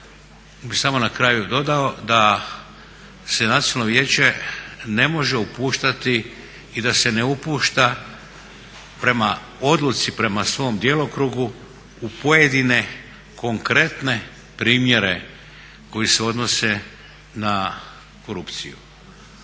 bih samo na kraju dodao da se Nacionalno vijeće ne može upuštati i da se ne upušta prema odluci, prema svom djelokrugu u pojedine konkretne primjer koji se odnose na korupciju.